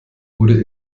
wurde